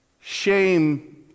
shame